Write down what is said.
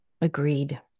Agreed